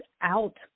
out